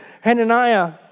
Hananiah